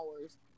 hours